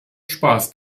spaß